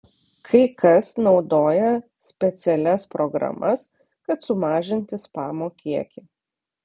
kai kas naudoja specialias programas kad sumažinti spamo kiekį